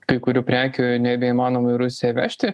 kai kurių prekių nebeįmanoma į rusiją vežti